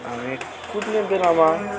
अनि कुद्ने बेलामा